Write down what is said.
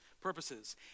purposes